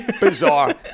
Bizarre